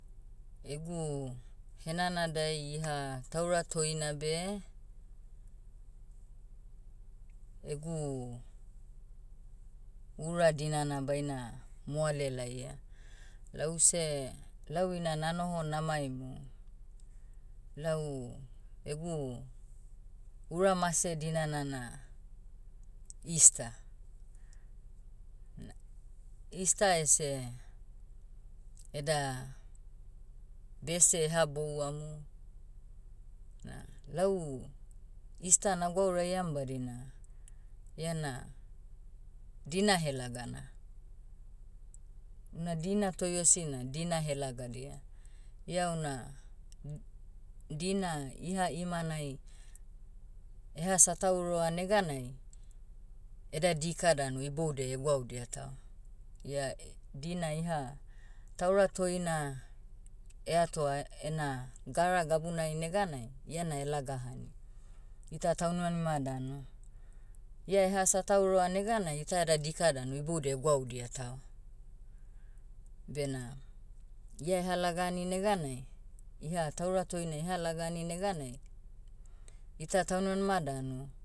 Egu, henanadai iha taura toina beh, egu, ura dinana baina moale laia. Lause- lau ina nanoho namaimu, lau, egu, uramse dinana na, easter. Easter ese, eda, bese eha bouamu, na lau, easter nagwauraiam badina, iana, dina helagana. Una dina toiosi na dina helagadia. Ia una, dina iha imanai, eha satauroa neganai, eda dika danu iboudiai egwaudia tao. Ia- dina iha, taura toina, eatoa ena, gara gabunai neganai, iana elaga hani. Ita taunimanima danu, ia eha satauroa neganai ita eda dika danu iboudiai egwaudia tao. Bena, ia eha lagani neganai, iha taura toinai eha lagani neganai, ita taunimanima danu,